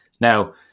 Now